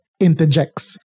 interjects